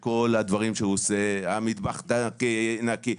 שכל הדברים שהוא עושה תקין, המטבח נקי, האוכל נקי.